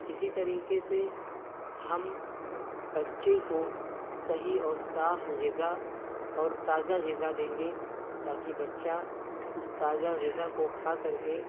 اسی طریقے سے ہم بچے کو صحیح اور صاف غذا اور تازہ غذا دیں گے تاکہ بچہ اس تازہ غذا کو کھا کر کے